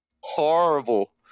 Horrible